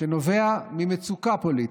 שנובע ממצוקה פוליטית.